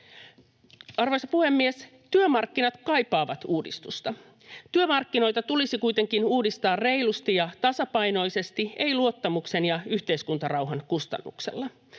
Arvoisa puhemies! Työmarkkinat kaipaavat uudistusta. Työmarkkinoita tulisi kuitenkin uudistaa reilusti ja tasapainoisesti, ei luottamuksen ja yhteiskuntarauhan kustannuksella.